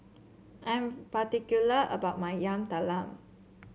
I'm particular about my Yam Talam